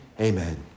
Amen